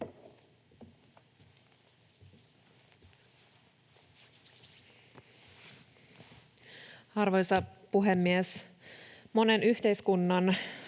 Arvoisa puhemies! Monen yhteiskunnan,